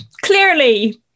clearly